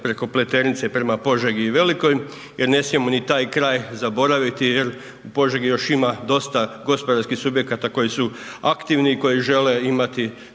preko Pleternice prema Požegi i Velikoj jer ne smijemo ni taj kraj zaboraviti jer u Požegi još ima dosta gospodarskih subjekata koji su aktivni i koji žele imati